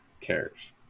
cares